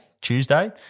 Tuesday